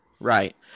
right